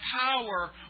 power